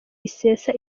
isesa